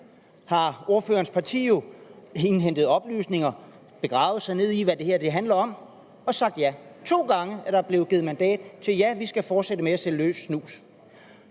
har ordførerens parti jo indhentet oplysninger og gravet sig ned i, hvad det her handler om, og sagt ja. To gange er der blevet givet mandat til, at, ja, vi skal kunne fortsætte med at sælge løs snus.